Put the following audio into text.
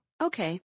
Okay